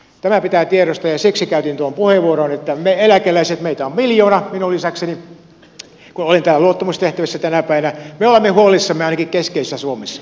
tämä pitää tiedostaa ja siksi käytin tuon puheenvuoron että me eläkeläiset meitä on miljoona minun lisäkseni olen täällä luottamustehtävissä tänä päivänä me olemme huolissamme ainakin keskeisessä suomessa